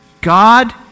God